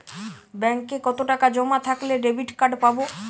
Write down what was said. ব্যাঙ্কে কতটাকা জমা থাকলে ডেবিটকার্ড পাব?